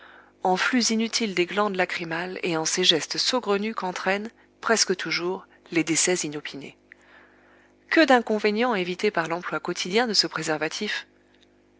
en flux inutiles des glandes lacrymales et en ces gestes saugrenus qu'entraînent presque toujours les décès inopinés que d'inconvénients évités par l'emploi quotidien de ce préservatif